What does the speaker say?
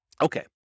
Okay